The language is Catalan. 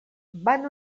van